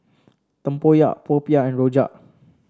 tempoyak popiah and rojak